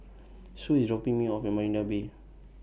Sue IS dropping Me off At Marina Bay